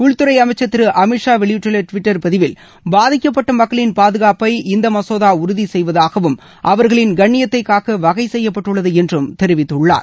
உள்துறை அமைச்சர் திரு அமித் ஷா வெளியிட்டுள்ள டுவிட்டர் பதவில் பாதிக்கப்பட்ட மக்களின் பாதுகாப்பை இந்த மசோதா உறுதி செய்வதாகவும் அவர்களின் கண்ணியத்தை காக்க வகைசெய்யப்பட்டுள்ளது என்றும் தெரிவித்துள்ளார்